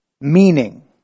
Meaning